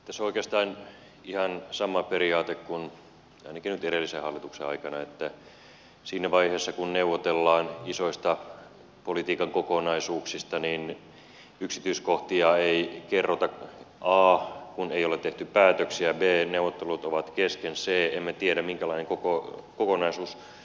tässä on oikeastaan ihan sama periaate kuin ainakin nyt edellisen hallituksen aikana että siinä vaiheessa kun neuvotellaan isoista politiikan kokonaisuuksista yksityiskohtia ei kerrota kun a ei ole tehty päätöksiä b neuvottelut ovat kesken c emme tiedä minkälainen kokonaisuus syntyy